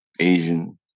Asian